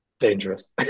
dangerous